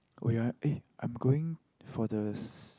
oh ya eh I'm going for the